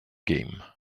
game